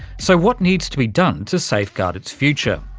so what needs to be done to safeguard its future?